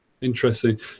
Interesting